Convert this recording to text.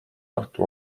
tartu